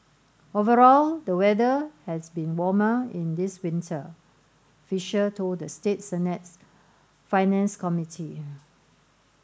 overall the weather has been warmer in this winter Fisher told the state Senate's finance committee